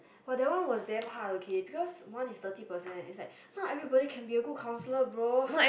!wow! that one was damn hard okay because one is thirty percent is like not everybody can be a good counsellor bro